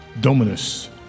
Dominus